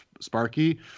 Sparky